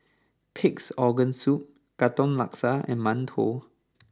Pig'S Organ Soup Katong Laksa and Mantou